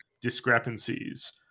discrepancies